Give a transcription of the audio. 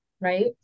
right